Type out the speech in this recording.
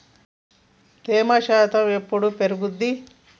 తేమ శాతం ఎప్పుడు పెరుగుద్ది?